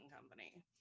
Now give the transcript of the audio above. company